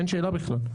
אין שאלה בכלל.